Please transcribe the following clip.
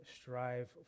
strive